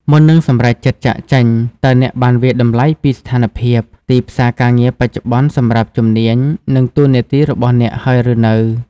មុននឹងសម្រេចចិត្តចាកចេញ តើអ្នកបានវាយតម្លៃពីស្ថានភាព ទីផ្សារការងារបច្ចុប្បន្ន សម្រាប់ជំនាញ និងតួនាទីរបស់អ្នកហើយឬនៅ?